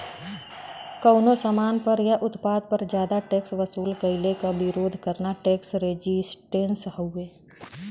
कउनो सामान पर या उत्पाद पर जादा टैक्स वसूल कइले क विरोध करना टैक्स रेजिस्टेंस हउवे